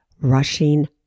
rushing